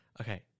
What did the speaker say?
Okay